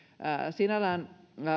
sinällään